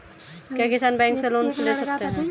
क्या किसान बैंक से लोन ले सकते हैं?